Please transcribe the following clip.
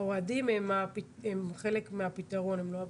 האוהדים הם חלק מהפתרון, הם לא הבעיה.